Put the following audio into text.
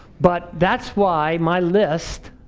but that's why my list